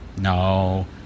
No